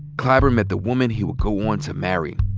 clyburn met the woman he would go on to marry,